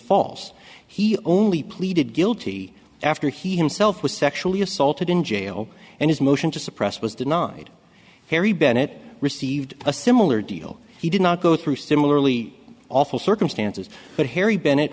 false he only pleaded guilty after he himself was sexually assaulted in jail and his motion to suppress was denied kerry bennett received a similar deal he did not go through similarly awful circumstances but harry bennett